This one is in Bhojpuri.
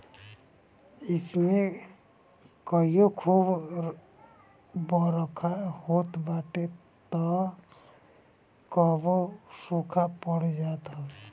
अइसे में कबो खूब बरखा होत बाटे तअ कबो सुखा पड़ जात हवे